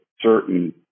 certain